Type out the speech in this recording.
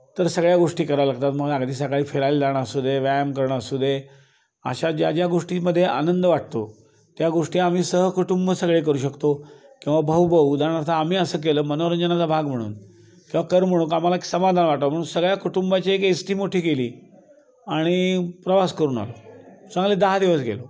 तर सगळ्या गोष्टी करायला लागतात मग अगदी सकाळी फिरायला जाणं असू दे व्यायाम करणं असू दे अशा ज्या ज्या गोष्टीमध्येे आनंद वाटतो त्या गोष्टी आम्ही सहकुटुंब सगळे करू शकतो किंवा भाऊभाऊ उदाहरणार्थ आम्ही असं केलं मनोरंजनाचा भाग म्हणून किंवा करमणूक आम्हाला एक समाधान वाटावं म्हणून सगळ्या कुटुंबाची एक एस टी मोठी केली आणि प्रवास करून आलो चांगले दहा दिवस गेलो